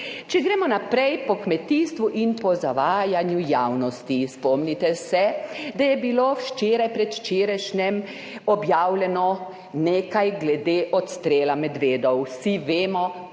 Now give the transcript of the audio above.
Če gremo naprej po kmetijstvu in po zavajanju javnosti. Spomnite se, da je bilo predvčerajšnjim objavljeno nekaj glede odstrela medvedov. Vsi vemo,